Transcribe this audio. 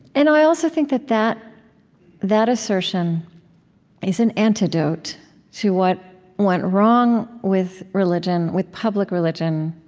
and i also think that that that assertion is an antidote to what went wrong with religion, with public religion,